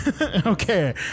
okay